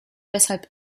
weshalb